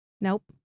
Nope